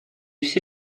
все